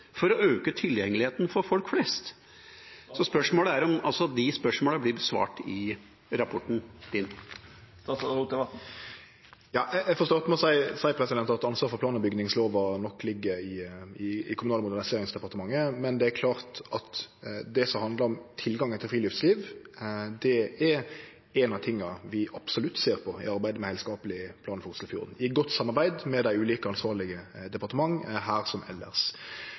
for å øke tilgjengeligheten for folk flest? Spørsmålet er om disse spørsmålene blir besvart i rapporten? Eg får starte med å seie at ansvaret for plan- og bygningslova nok ligg i Kommunal- og moderniseringsdepartementet, men det er klart at det som handlar om tilgangen til friluftsliv, er noko av det vi absolutt ser på i arbeidet med ein heilskapleg plan for Oslofjorden, i godt samarbeid med dei ulike ansvarlege departementa, her som